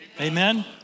Amen